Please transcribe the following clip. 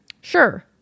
Sure